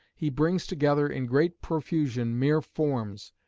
he brings together in great profusion mere forms,